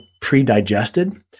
pre-digested